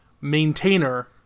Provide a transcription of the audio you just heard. maintainer